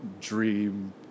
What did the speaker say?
dream